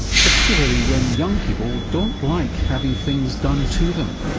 particularly when young people don't like having things done to them?